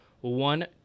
one